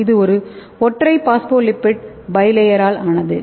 இது ஒரு ஒற்றை பாஸ்போலிபிட் பை பளேயரால் ஆனது